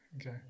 Okay